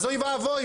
אוי ואבוי.